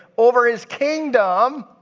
over his kingdom.